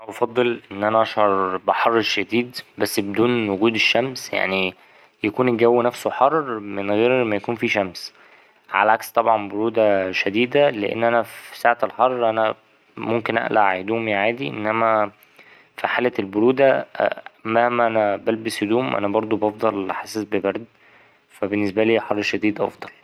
أنا أفضل إن أنا أشعر بحر شديد بس بدون وجود شمس يعني يكون الجو نفسه حر من غير ما يكون فيه شمس على عكس طبعا برودة شديدة لأن أنا في ساعة الحر أنا ممكن أقلع هدومي عادي إنما في حالة البرودة مهما أنا بلبس هدوم أنا بردو بفضل حاسس ببرد فا بالنسبالي الحر الشديد أفضل.